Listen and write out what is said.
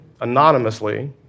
anonymously